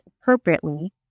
appropriately